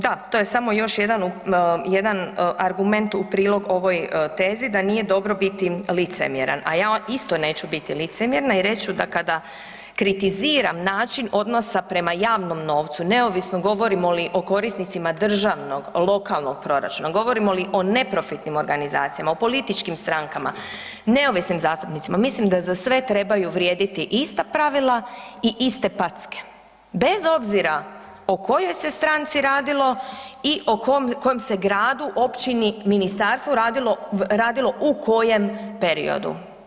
Da, to je samo još jedan argument u prilog ovoj tezi da nije dobro biti licemjeran, a ja isto neću biti licemjerna i reći da kada kritiziram način odnosa prema javnom novcu, neovisno govorimo li o korisnicima državnog, lokalnog proračuna, govorimo li o neprofitnim organizacijama, o političkim strankama, neovisnim zastupnicima mislim da za sve trebaju vrijediti ista pravila i iste packe, bez obzira o kojoj se stranci radilo i kojem se gradu, općini, ministarstvu radilo u kojem periodu.